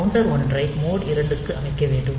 எனவே கவுண்டர் 1 ஐ மோட் 2 க்கு அமைக்க வேண்டும்